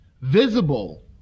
visible